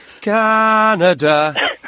Canada